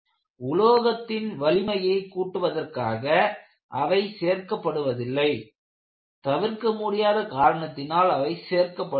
உலோகத்தின் வலிமையை கூட்டுவதற்காக அவை சேர்க்கப்படுவதில்லை தவிர்க்க முடியாத காரணத்தினால் அவை சேர்க்கப்படுகின்றன